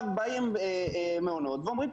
באים מעונות ואומרים,